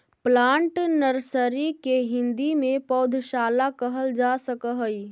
plant nursery के हिंदी में पौधशाला कहल जा सकऽ हइ